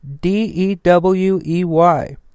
D-E-W-E-Y